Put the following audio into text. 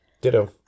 Ditto